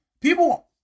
people